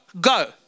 go